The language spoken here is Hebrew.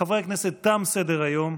חברי הכנסת, תם סדר-היום.